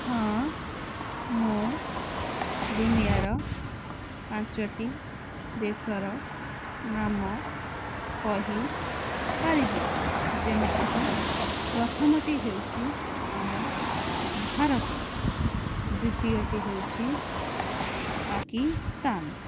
ହଁ ମୁଁ ଦୁନିଆର ପାଞ୍ଚଟି ଦେଶର ନାମ କହିପାରିବି ଯେମିତିକି ପ୍ରଥମଟି ହେଉଛି ଆମ ଭାରତ ଦ୍ୱିତୀୟଟି ହେଉଛି ପାକିସ୍ତାନ